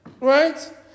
right